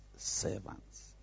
Servants